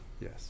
Yes